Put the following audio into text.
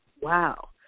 wow